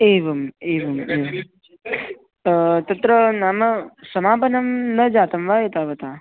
एवम् एवं तत्र नाम समापनं न जातं वा एतावत्